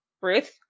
Ruth